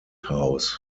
house